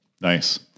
Nice